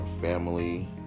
family